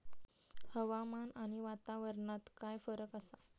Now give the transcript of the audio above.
हवामान आणि वातावरणात काय फरक असा?